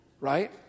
right